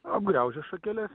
apgraužia šakeles